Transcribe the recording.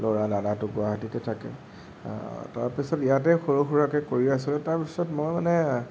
ল'ৰা দাদাতো গুৱাহাটিতে থাকে তাৰপিছত ইয়াতে সৰু সুৰাকে কৰি আছিলোঁ তাৰপিছত মই মানে